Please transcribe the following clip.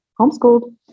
homeschooled